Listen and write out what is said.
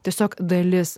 tiesiog dalis